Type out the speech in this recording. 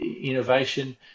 innovation